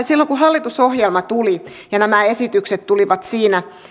silloin kun hallitusohjelma tuli ja nämä esitykset tulivat siinä